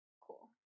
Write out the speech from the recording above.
Cool